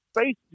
Space